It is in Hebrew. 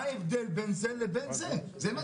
מה ההבדל בין זה לבין זה?